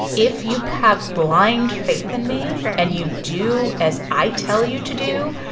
if you have blind faith in me and you do as i tell you to do,